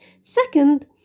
Second